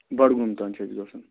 بَڈگوم تانۍ چھُ اَسہِ گژھُن